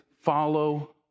follow